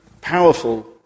powerful